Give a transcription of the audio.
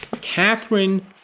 Catherine